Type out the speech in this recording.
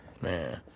Man